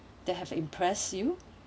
they have impress you